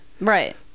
Right